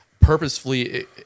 purposefully